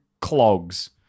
clogs